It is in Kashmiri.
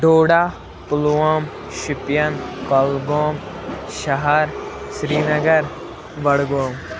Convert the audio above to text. ڈوڈہ پُلووٗم شُپین کۄلگوم شہر سریٖنگر بڈٕگوٗم